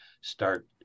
start